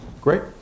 great